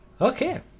okay